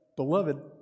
beloved